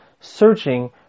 searching